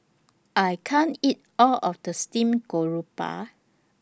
I can't eat All of This Steamed Garoupa